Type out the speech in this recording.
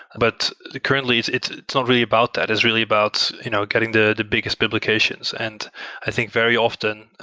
but the current leads, it's not really about that. it's really about you know getting the the biggest implications. and i think very often,